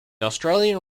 australian